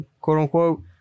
quote-unquote